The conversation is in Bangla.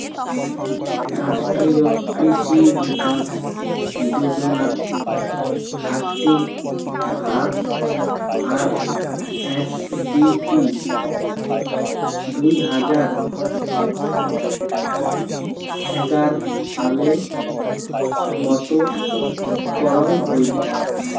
রাষ্ট্রীয় কৃষি বিকাশ যোজনার আকটি ভাগ, আর.এ.ডি.পি দুই হাজার এগার সালে মত করং হই